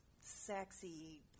sexy